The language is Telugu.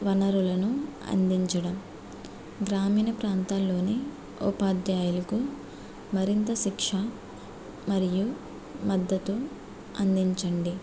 వనరులను అందించడం గ్రామీణ ప్రాంతాలలోని ఉపాధ్యాయులకు మరింత శిక్ష మరియు మద్దతు అందించండి